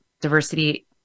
diversity